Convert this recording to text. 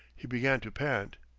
he began to pant.